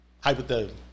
Hypothetically